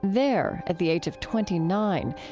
there, at the age of twenty nine,